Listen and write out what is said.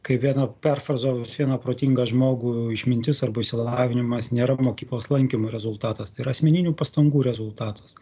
kai vieną perfrazavus vieną protingą žmogų išmintis arba išsilavinimas nėra mokyklos lankymo rezultatas tai yra asmeninių pastangų rezultatas